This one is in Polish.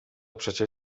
przecie